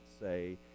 say